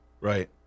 right